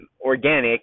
organic